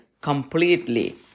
completely